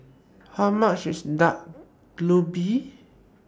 How much IS Dak Galbi